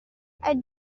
est